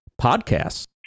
podcasts